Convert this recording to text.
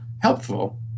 helpful